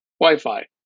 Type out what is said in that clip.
Wi-Fi